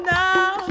now